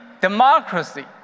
democracy